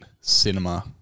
cinema